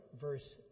verse